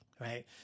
Right